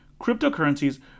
Cryptocurrencies